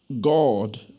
God